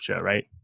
right